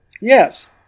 Yes